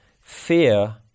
Fear